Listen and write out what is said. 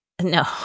No